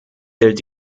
gilt